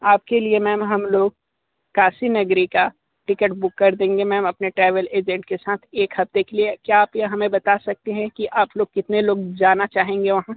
आपके लिए मैम हम लोग काशी नगरी का टिकट बुक कर देंगे मैम अपने ट्रेवल एजेंट के साथ एक हफ्ते के लिए क्या आप यह हमे बता सकती हैं कि आप लोग कितने लोग जाना चाहेंगे वहाँ